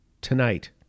tonight